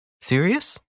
Serious